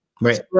Right